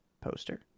poster